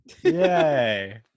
Yay